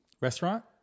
Restaurant